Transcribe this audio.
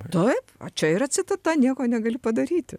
taip o čia yra citata nieko negaliu padaryti